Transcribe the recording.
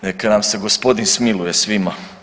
Neka nam se Gospodin smiluje svima.